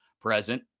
present